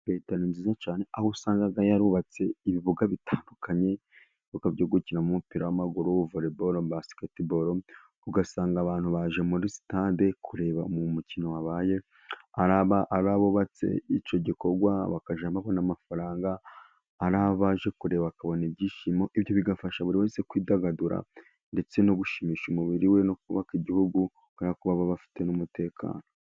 Leta ni nziza cyane, aho usanga yarubatse ibibuga bitandukanye, ibibuga byo gukiniramo umupira w'amaguru, wa volebolo, basiketibolo ,ugasanga abantu baje muri sitade kureba umukino wabaye, ari abubatse icyo gikorwa bakajya babona amafaranga ,ari abaje kureba, bakabonamo ibyo bigafasha buri wese kwidagadura ndetse no gushimisha umubiri we, no kubaka igihugu kubera ko baba bafite n'umutekano.